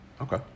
okay